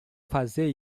fazer